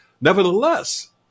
Nevertheless